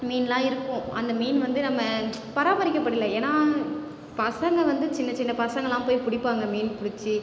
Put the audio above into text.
மீன்லாம் இருக்கும் அந்த மீன் வந்து நம்ம பராமரிக்கப்படலை ஏன்னா பசங்க வந்து சின்னச் சின்ன பசங்கள்லாம் போய் பிடிப்பாங்க மீன் பிடிச்சி